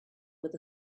with